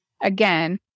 again